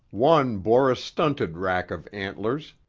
one bore a stunted rack of antlers,